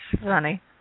funny